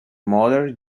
mother